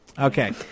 okay